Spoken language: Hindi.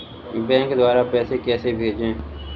बैंक द्वारा पैसे कैसे भेजें?